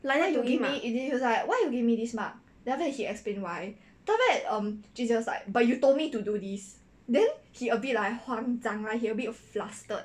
like that you give me he was like why you give me this mark then after that he explained why that after that jun jie was like but you told me to do this then he a bit like 慌张 right he a bit flustered